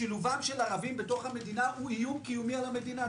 שילובם של ערבים בתוך המדינה הוא איום קיומי על המדינה.